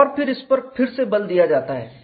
और इस पर फिर से बल दिया जाता है